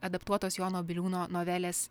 adaptuotos jono biliūno novelės